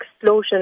explosion